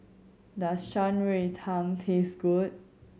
does Shan Rui Tang taste good